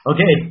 Okay